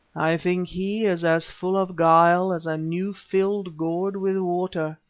i think he is as full of guile as a new-filled gourd with water.